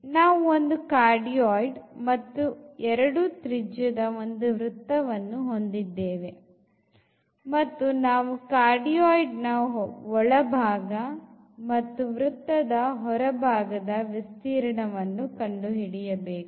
ನಾವು ಒಂದು cardioid ಮತ್ತು ಒಂದು 2 ತ್ರಿಜ್ಯದ ವೃತ್ತವನ್ನು ಹೊಂದಿದ್ದೇವೆ ಮತ್ತು ನಾವು cardioid ನ ಒಳಭಾಗ ಮತ್ತು ವೃತ್ತದ ಹೊರಭಾಗದ ವಿಸ್ತೀರ್ಣವನ್ನು ಕಂಡುಹಿಡಿಯಬೇಕು